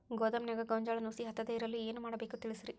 ಗೋದಾಮಿನ್ಯಾಗ ಗೋಂಜಾಳ ನುಸಿ ಹತ್ತದೇ ಇರಲು ಏನು ಮಾಡಬೇಕು ತಿಳಸ್ರಿ